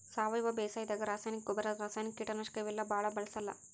ಸಾವಯವ ಬೇಸಾಯಾದಾಗ ರಾಸಾಯನಿಕ್ ಗೊಬ್ಬರ್, ರಾಸಾಯನಿಕ್ ಕೀಟನಾಶಕ್ ಇವೆಲ್ಲಾ ಭಾಳ್ ಬಳ್ಸಲ್ಲ್